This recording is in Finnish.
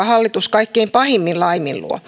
hallitus kaikkein pahimmin laiminlyö